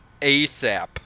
ASAP